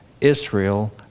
Israel